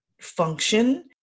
function